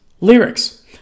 lyrics